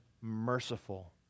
merciful